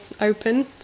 open